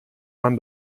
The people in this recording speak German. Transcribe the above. man